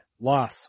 loss